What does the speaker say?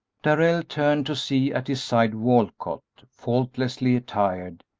darrell turned to see at his side walcott, faultlessly attired,